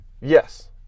Yes